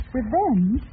Revenge